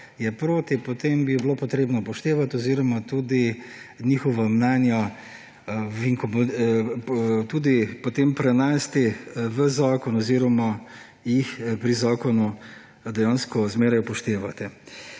je proti, potem bi bilo treba to upoštevati, njihova mnenja potem prenesti v zakon oziroma jih pri zakonu dejansko zmeraj upoštevati.